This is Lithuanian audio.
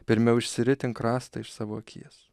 pirmiau išsiritink rastą iš savo akies